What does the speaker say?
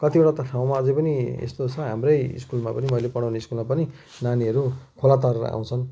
कतिवटा त ठाउँमा अझै पनि यस्तो छ हाम्रै स्कुलमा पनि मैले पढाउने स्कुलमा पनि नानीहरू खोला तरेर आउँछन्